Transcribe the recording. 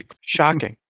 Shocking